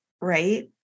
right